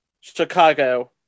Chicago